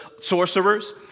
sorcerers